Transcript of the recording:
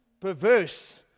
perverse